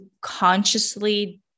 consciously